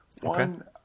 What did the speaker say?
one